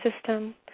System